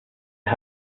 are